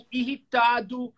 irritado